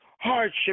hardship